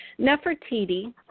Nefertiti